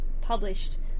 published